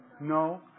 No